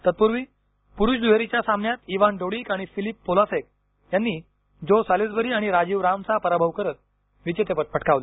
तत्पूर्वी पुरुष दुहेरीच्या सामन्यात इवान डोडीक आणि फिलिप पोलासेक यांनी जो सॅलिसबरी आणि राजीव रामचा पराभव करत विजेतेपद पटकावलं